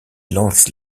lance